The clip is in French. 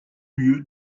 lieu